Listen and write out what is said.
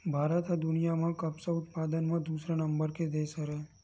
भारत ह दुनिया म कपसा उत्पादन म दूसरा नंबर के देस हरय